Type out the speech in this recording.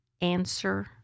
answer